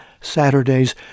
Saturdays